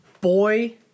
boy